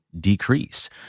decrease